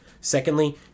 Secondly